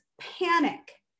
panic